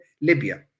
Libya